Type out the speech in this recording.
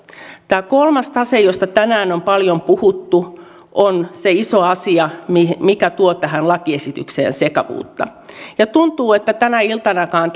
tämä kolmas tase josta tänään on paljon puhuttu on se iso asia mikä tuo tähän lakiesitykseen sekavuutta tuntuu että tänä iltanakaan